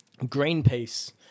Greenpeace